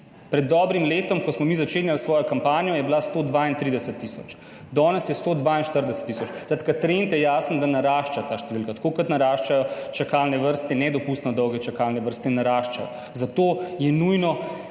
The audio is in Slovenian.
Pred dobrim letom, ko smo mi začenjali svojo kampanjo, je bila 132 tisoč, danes je 142 tisoč. Skratka, trend je jasen, da ta številka narašča, tako kot naraščajo čakalne vrste. Nedopustno dolge čakalne vrste naraščajo, zato je nujno